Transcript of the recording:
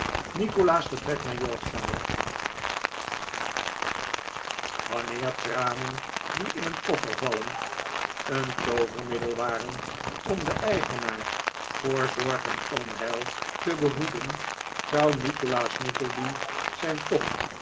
wanneer tranen die in een koffer vallen een toovermiddel waren om den eigenaar voor zorg en onheil te behoeden zou nikolaas nickleby zijn tocht